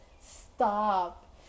stop